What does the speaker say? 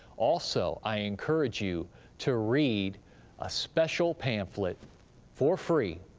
also, i encourage you to read a special pamphlet for free,